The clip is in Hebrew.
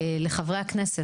לחברי הכנסת,